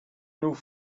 nous